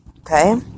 Okay